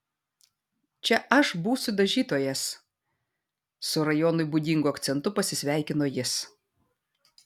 čia aš būsiu dažytojas su rajonui būdingu akcentu pasisveikino jis